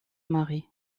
marie